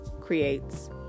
creates